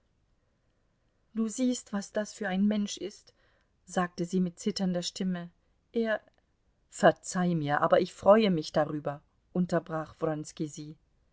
du siehst was das für ein mensch ist sagte sie mit zitternder stimme er verzeih mir aber ich freue mich darüber unterbrach